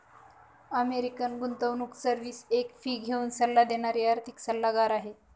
American गुंतवणूक service एक fee घेऊन सल्ला देणारी आर्थिक सल्लागार आहे